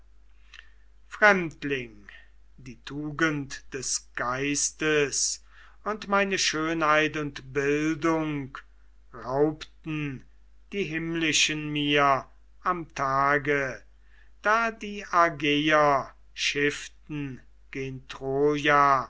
fremdling die tugend des geistes und meine schönheit und bildung raubten die himmlischen mir am tage da die argeier schifften gen troja